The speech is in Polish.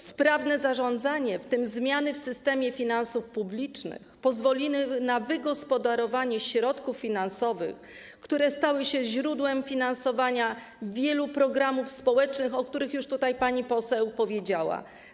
Sprawne zarządzanie, w tym zmiany w systemie finansów publicznych, pozwoliło na wygospodarowanie środków finansowych, które stały się źródłem finansowania wielu programów społecznych, o których pani poseł już mówiła.